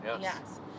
yes